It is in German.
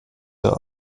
der